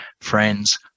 Friends